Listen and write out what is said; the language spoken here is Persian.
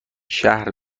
شهر